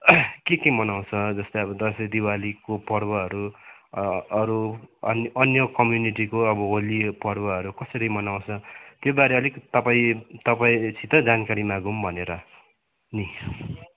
के के मनाउँछ जस्तै अब दसैँ दिवालीको पर्वहरू अरू अन्य अन्य कम्युनिटीको अब होली पर्वहरू कसरी मनाउँछ त्योबारे अलिक तपाईँ तपाईँसित जानकारी मागौँ भनेर नि